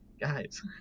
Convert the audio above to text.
guys